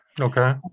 Okay